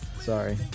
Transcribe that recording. Sorry